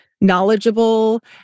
knowledgeable